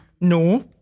No